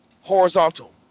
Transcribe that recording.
horizontal